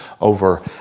Over